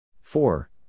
Four